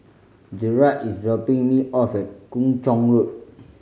Gerhardt is dropping me off at Kung Chong Road